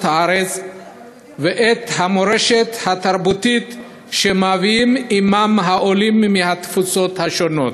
הארץ ואת המורשת התרבותית שמביאים עמם העולים מהתפוצות השונות.